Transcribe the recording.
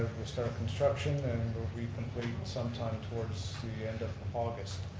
we'll start construction and and will be complete sometime towards the end of august.